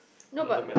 no but